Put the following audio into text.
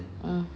mm